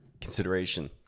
consideration